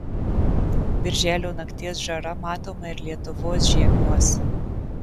birželio nakties žara matoma ir lietuvos žiemiuos